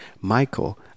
Michael